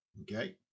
Okay